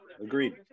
agreed